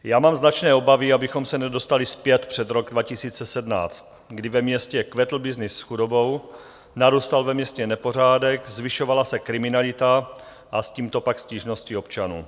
Já mám značné obavy, abychom se nedostali zpět před rok 2017, kdy ve městě kvetl byznys s chudobou, narůstal ve městě nepořádek, zvyšovala se kriminalita a s tímto pak stížnosti občanů.